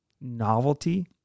novelty